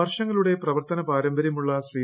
വർഷങ്ങളുടെ പ്രവർത്തന പാരമ്പര്യമുള്ള ശ്രീ